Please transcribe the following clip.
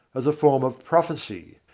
as a form of prophecy.